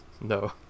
no